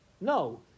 No